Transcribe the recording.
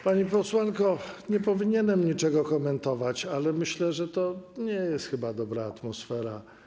Pani posłanko, nie powinienem niczego komentować, ale myślę, że to nie jest chyba dobra atmosfera.